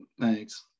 Thanks